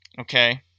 okay